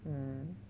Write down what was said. mm